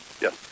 Yes